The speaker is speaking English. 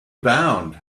bound